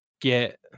get